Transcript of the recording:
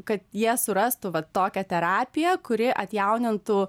kad jie surastų va tokią terapiją kuri atjaunintų